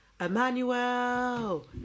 Emmanuel